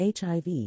HIV